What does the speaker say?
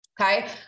Okay